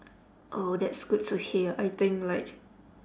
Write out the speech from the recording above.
oh that's good to hear I think like